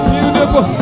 Beautiful